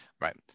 Right